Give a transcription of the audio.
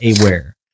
aware